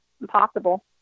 impossible